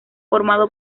formado